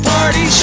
Party